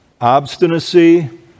obstinacy